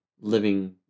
living